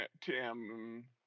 Tim